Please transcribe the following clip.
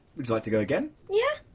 would you like to go again? yeah,